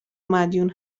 مدیون